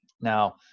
Now